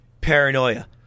paranoia